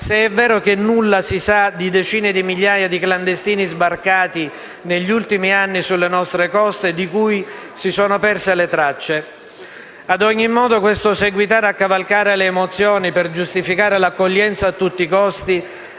se è vero che nulla si sa di decine dì migliaia di clandestini sbarcati negli ultimi anni sulle nostre coste, di cui si sono perse le tracce. Ad ogni modo, questo seguitare a cavalcare le emozioni per giustificare l'accoglienza a tutti i costi